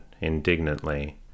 indignantly